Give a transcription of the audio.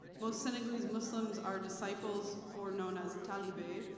most senegalese muslims are disciples or known as taliba,